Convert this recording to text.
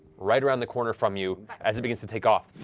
right around the corner from you, as it begins to take off